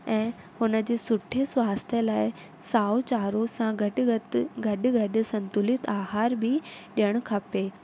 ऐं हुनजे सुठे स्वास्थय लाइ साओ चारो सां गॾु गॾु गॾु गॾु संतुलित आहार बि ॾियणु खपे